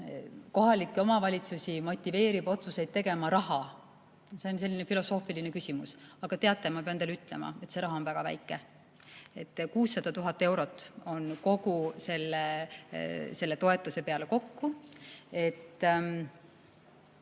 kohalikke omavalitsusi motiveerib otsuseid tegema raha. See on selline filosoofiline küsimus. Aga teate, ma pean teile ütlema, et see raha on väga väike: 600 000 eurot on kogu selle toetuse peale kokku.